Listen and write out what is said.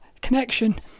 connection